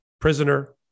prisoner